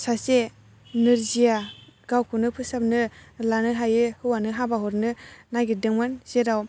सासे नोरजिया गावखौनो फोसाबनो लानो हायै हौवानो हाबा हरनो नायगिरदोंमोन जेराव